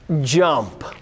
Jump